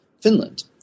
Finland